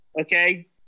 okay